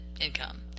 income